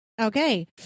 Okay